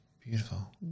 beautiful